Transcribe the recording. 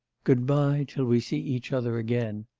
good-bye till we see each other again.